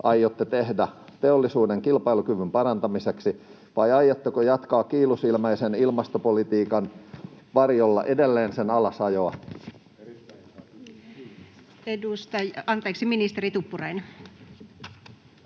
aiotte tehdä teollisuuden kilpailukyvyn parantamiseksi, vai aiotteko jatkaa kiilusilmäisen ilmastopolitiikan varjolla edelleen sen alasajoa?